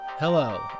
Hello